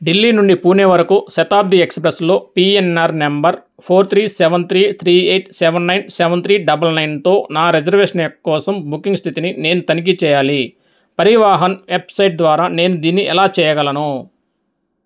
ఢిల్లీ నుండి పూణే వరకు శతాబ్ది ఎస్ప్రెస్లో PNR number four three seven three three eight seven nine seven three double నైన్తో నా రెజర్వేషన్ ఎక్ కోసం బుకింగ్ స్థితిని నేను తనిఖీ చేయాలి పరివాహన్ వెబ్సైట్ ద్వారా నేను దీన్ని ఎలా చేయగలను